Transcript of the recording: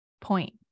point